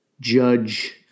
judge